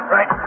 Right